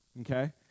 okay